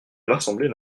l’assemblée